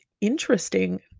interesting